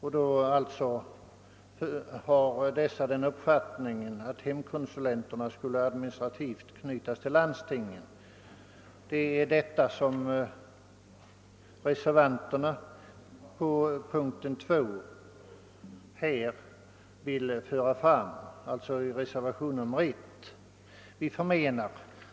Hemkonsulenterna skulle alltså enligt denna uppfattning administrativt knytas till landstingen. Det är alltså vad reservationen 1 ger uttryck för. Vi förmenar